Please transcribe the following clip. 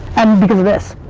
and because of this.